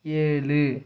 ஏழு